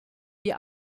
die